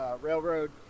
railroad